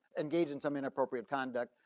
engaged in some inappropriate conduct?